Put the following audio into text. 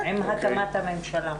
עם הקמת הממשלה.